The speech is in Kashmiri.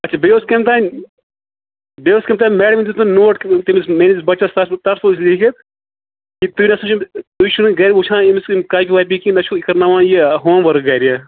اچھا بیٚیہِ اوس کٔمۍ تام بیٚیہِ اوس کٔمۍ تام میڈم دِیُتمُت نوٹ تٔمِس میٛٲنِس بَچَس تَتھ تَتھ اوس لیٖکِتھ کہِ تُہۍ نَسا چھُو نہٕ تُہۍ چھُو نہٕ گَرِ وٕچھان ییٚمِس یِم کاپی واپی کِہیٖنۍ نا چھُو یہِ کَرناوان یہِ ہوم ؤرٕک گَرِ